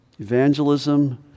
evangelism